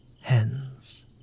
hens